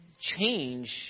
change